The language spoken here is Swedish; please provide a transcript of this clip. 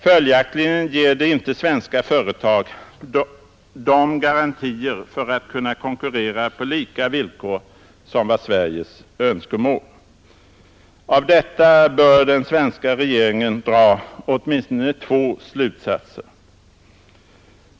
Följaktligen ger det inte svenska företag de garantier för att kunna konkurrera på lika villkor som var Sveriges önskemål. Av detta bör den svenska regeringen dra åtminstone två slutsatser.